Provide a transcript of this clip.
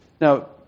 Now